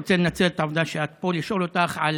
רוצה לנצל את העובדה שאת פה לשאול אותך על